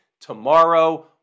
tomorrow